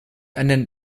einen